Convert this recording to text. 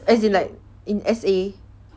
as in like in S_A